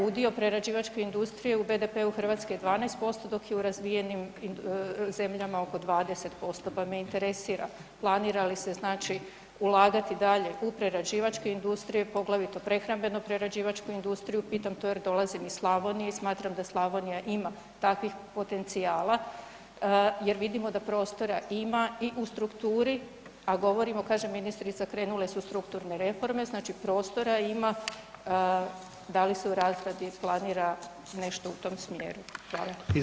Udio prerađivačke industrije u BDP-u Hrvatske je 12% dok je u razvijenim zemljama oko 20% pa me interesira, planira li se znači ulagati dalje u prerađivačke industrije poglavito prehrambeno-prerađivačku industriju, pitam to jer dolazim iz Slavonije i smatram da Slavonija ima takvih potencijala jer vidimo da prostora i u strukturi a govorimo kaže ministrica, krenule su strukturne reforme, znači prostora ima, da li se u razradi planira nešto u tom smjeru?